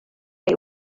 way